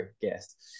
guest